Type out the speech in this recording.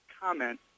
comment